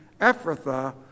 Ephrathah